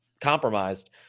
compromised